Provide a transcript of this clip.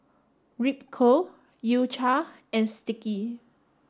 Ripcurl U Cha and Sticky